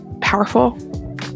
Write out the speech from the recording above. powerful